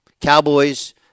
Cowboys